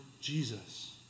Jesus